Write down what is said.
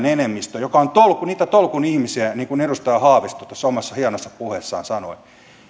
enemmistöön joka on niitä tolkun ihmisiä niin kuin edustaja haavisto tuossa omassa hienossa puheessaan sanoi